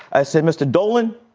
i said, mr. dolan